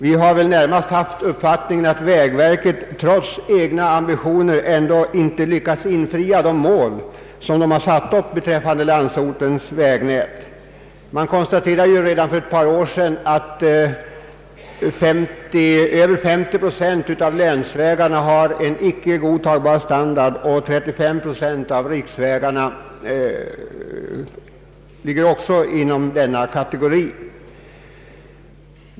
Vi har väl närmast haft den uppfattningen att vägverket trots egna ambitioner ändå inte lyckats förverkliga de mål som verket har satt upp beträffande landsortens vägnät. Man konstaterade ju för ett par år sedan att över 50 procent av länsvägarna hade en icke godtagbar standard och att 35 procent av riksvägarna också tillhör denna kategori.